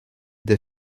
des